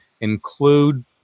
Include